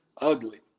ugly